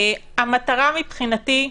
המטרה מבחינתי,